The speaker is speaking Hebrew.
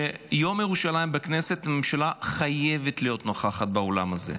שביום ירושלים בכנסת הממשלה חייבת להיות נוכחת באולם הזה.